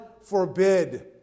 forbid